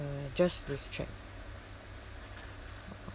uh just this check